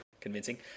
Convincing